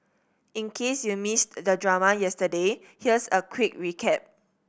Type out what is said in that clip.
in case you missed the drama yesterday here's a quick recap